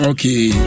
Okay